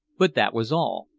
but that was all.